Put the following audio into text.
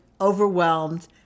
overwhelmed